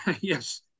yes